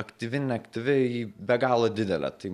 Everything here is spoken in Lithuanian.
aktyvi neaktyvi ji be galo didelė tai